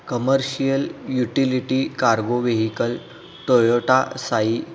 commercial utility cargo vehicle Toyota sai